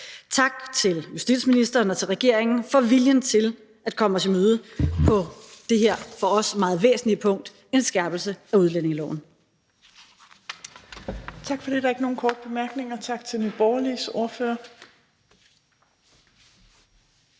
Tak til justitsministeren og til regeringen for viljen til at komme os i møde på det her for os meget væsentlige punkt, nemlig en skærpelse af udlændingeloven.